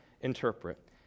interpret